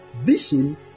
vision